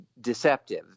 deceptive